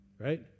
Right